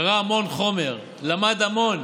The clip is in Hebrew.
קרא המון חומר, למד המון